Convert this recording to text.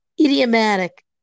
idiomatic